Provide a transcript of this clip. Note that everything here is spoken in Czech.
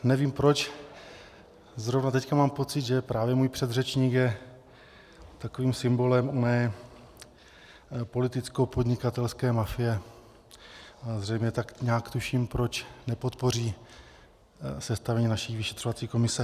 Nevím, proč zrovna teď mám pocit, že právě můj předřečník je takovým symbolem oné politickopodnikatelské mafie, zřejmě tak nějak tuším, proč nepodpoří sestavení naší vyšetřovací komise.